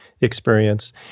experience